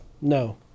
No